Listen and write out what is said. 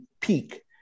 peak